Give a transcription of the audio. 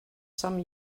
some